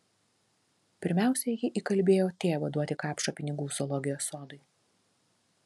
pirmiausia ji įkalbėjo tėvą duoti kapšą pinigų zoologijos sodui